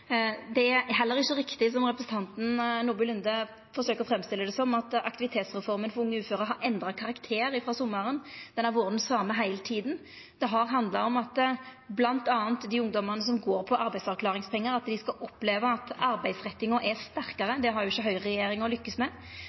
Det er heller ikkje riktig som representanten Nordby Lunde forsøkjer å framstilla det som, at aktivitetsreforma for unge uføre har endra karakter frå i sommar. Ho har vore den same heile tida. Det har handla om at bl.a. dei ungdomane som går på arbeidsavklaringspengar, skal oppleva at arbeidsrettinga er sterkare – det har ikkje høgreregjeringa lykkast med